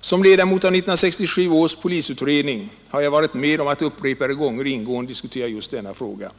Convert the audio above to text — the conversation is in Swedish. Som ledamot av 1967 års polisutredning har jag varit med om att upprepade gånger ingående diskutera just denna fråga.